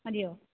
മതിയോ